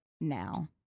now